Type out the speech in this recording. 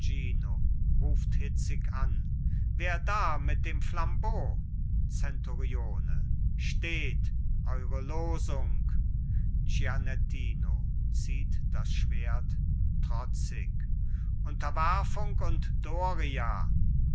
ruft hitzig an wer da mit dem flambeau zenturione steht eure losung gianettino zieht das schwert trotzig unterwerfung und doria